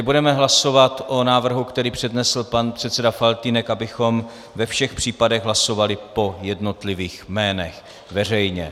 Budeme hlasovat o návrhu, který přednesl pan předseda Faltýnek, abychom ve všech případech hlasovali po jednotlivých jménech veřejně.